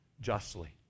justly